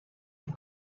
and